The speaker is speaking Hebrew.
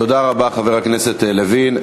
תודה רבה, חבר הכנסת לוין.